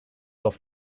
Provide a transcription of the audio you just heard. off